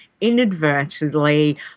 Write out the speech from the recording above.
inadvertently